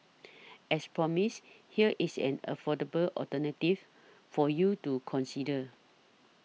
as promised here is an affordable alternative for you to consider